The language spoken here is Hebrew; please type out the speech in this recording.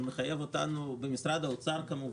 הם במשרד האוצר כמובן.